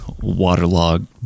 waterlogged